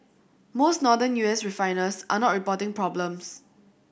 most Northern U S refiners are not reporting problems